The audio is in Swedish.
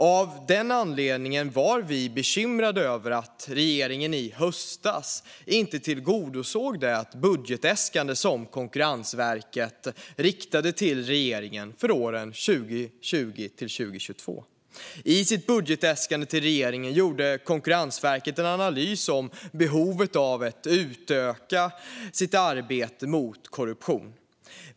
Av den anledningen var vi bekymrade över att regeringen i höstas inte tillgodosåg det budgetäskande som Konkurrensverket riktade till regeringen för åren 2020-2022. I sitt budgetäskande till regeringen gjorde Konkurrensverket en analys av behovet av att utöka sitt arbete mot korruption.